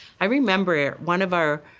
i remember one of our